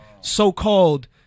so-called